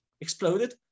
exploded